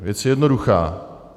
Věc jednoduchá.